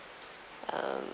um